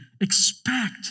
expect